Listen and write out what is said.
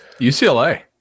UCLA